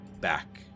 back